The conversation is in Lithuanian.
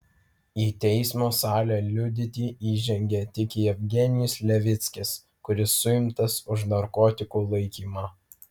į teismo salę liudyti įžengė tik jevgenijus levickis kuris suimtas už narkotikų laikymą